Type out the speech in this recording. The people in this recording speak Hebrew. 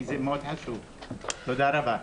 תודה רבה.